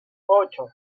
ocho